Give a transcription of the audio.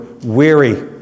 weary